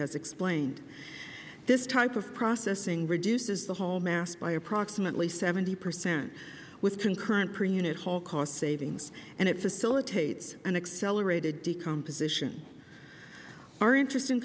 has explained this type of processing reduces the whole mass by approximately seventy percent with concurrent per unit whole cost savings and facilitates an accelerated decomposition our interest in